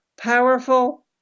Powerful